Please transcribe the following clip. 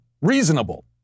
reasonable